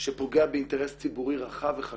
שפוגע באינטרס ציבורי רחב וחשוב.